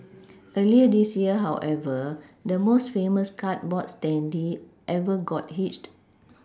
earlier this year however the most famous cardboard standee ever got hitched